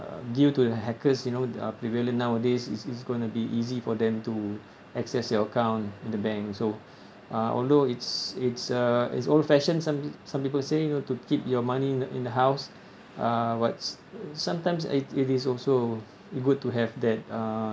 uh due to the hackers you know uh prevailing nowadays it's it's going to be easy for them to access your account in the bank so uh although it's it's uh it's old-fashioned some some people say you know to keep your money in in the house uh but sometimes I it is also good to have that uh